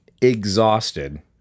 exhausted